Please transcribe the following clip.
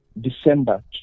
December